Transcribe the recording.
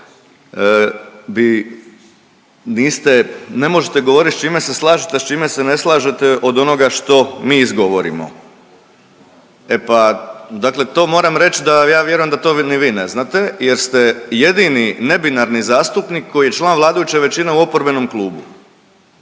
ne možete govoriti s čime se slažete, a s čime se ne slažete od onoga što mi izgovorimo. E pa dakle to moram reć da ja vjerujem da to ni vi ne znate jer ste jedini nebinarni zastupnik koji je član vladajuće većine, a u oporbenom klubu